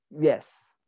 Yes